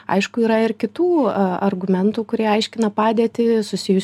aišku yra ir kitų argumentų kurie aiškina padėtį susijusių